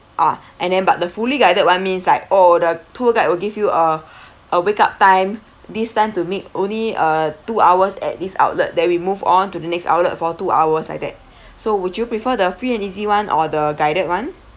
ah and then but the fully guided [one] means like oh the tour guide will give you uh a wake up time this time to make only uh two hours at this outlet that we move on to the next outlet for two hours like that so would you prefer the free and easy [one] or the guided [one]